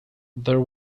there